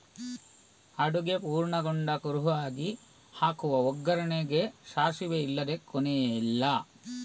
ಅಡುಗೆ ಪೂರ್ಣಗೊಂಡ ಕುರುಹಾಗಿ ಹಾಕುವ ಒಗ್ಗರಣೆಗೆ ಸಾಸಿವೆ ಇಲ್ಲದೇ ಕೊನೆಯೇ ಇಲ್ಲ